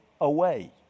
away